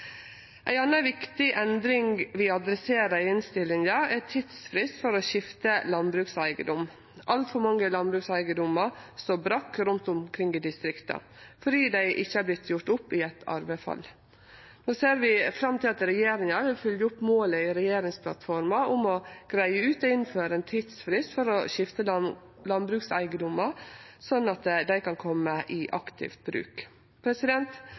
Ei anna viktig endring vi adresserer i innstillinga, er tidsfrist for å skifte landbrukseigedom. Altfor mange landbrukseigedomar står brakk rundt omkring i distrikta fordi dei ikkje vert gjort opp i eit arvefall. Vi ser fram til at regjeringa vil følgje opp målet i regjeringsplattforma om å greie ut å innføre ein tidsfrist for å skifte landbrukseigedomar, slik at dei kan kome i aktiv bruk.